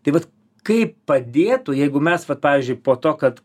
tai vat kaip padėtų jeigu mes vat pavyzdžiui po to kad